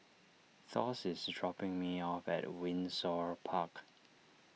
Thos is dropping me off at Windsor Park